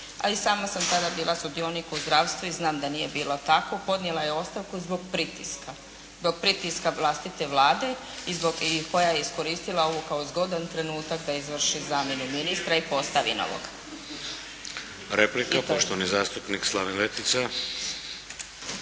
a i sada sam tada bila sudionik u zdravstvu i znam da nije bilo tako. Podnijela je ostavku zbog pritiska, zbog pritiska vlastite Vlade i koja je iskoristila ovo kao zgodan trenutak da izvrši zamjenu ministra i postavi novog. **Šeks, Vladimir (HDZ)** Replika poštovani zastupnik Slaven Letica.